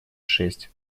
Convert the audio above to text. шесть